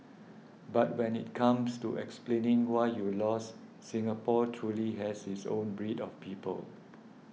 but when it comes to explaining why you lost Singapore truly has its own breed of people